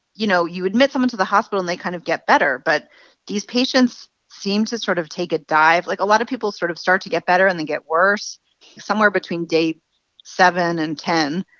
you know, you admit them into the hospital, and they kind of get better. but these patients seem to sort of take a dive. like, a lot of people sort of start to get better and then get worse somewhere between day seven and ten.